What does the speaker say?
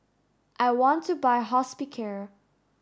I want to buy Hospicare